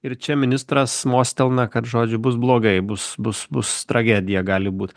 ir čia ministras mostelna kad žodžiu bus blogai bus bus bus tragedija gali būt